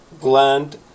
gland